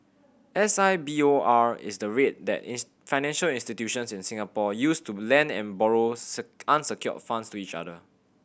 S I B O R is the rate that financial institutions in Singapore use to lend and borrow unsecured funds to each other